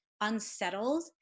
unsettled